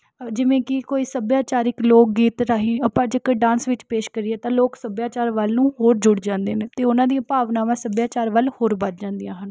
ਜਿਵੇਂ ਕਿ ਕੋਈ ਸੱਭਿਆਚਾਰਕ ਲੋਕ ਗੀਤ ਰਾਹੀਂ ਆਪਾਂ ਜੇਕਰ ਡਾਂਸ ਵਿੱਚ ਪੇਸ਼ ਕਰੀਏ ਤਾਂ ਲੋਕ ਸੱਭਿਆਚਾਰ ਵੱਲ ਨੂੰ ਹੋਰ ਜੁੜ ਜਾਂਦੇ ਨੇ ਅਤੇ ਉਨ੍ਹਾਂ ਦੀਆਂ ਭਾਵਨਾਵਾਂ ਸੱਭਿਆਚਾਰ ਵੱਲ ਹੋਰ ਵੱਧ ਜਾਂਦੀਆਂ ਹਨ